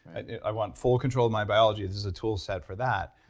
i want full control of my biology. this is a tool set for that.